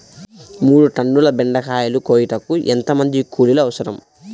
మూడు టన్నుల బెండకాయలు కోయుటకు ఎంత మంది కూలీలు అవసరం?